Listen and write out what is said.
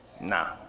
nah